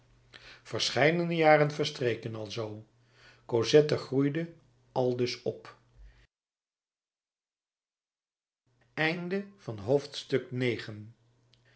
verscheidene jaren verstreken alzoo cosette groeide aldus op